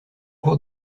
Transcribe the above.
cours